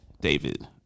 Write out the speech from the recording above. david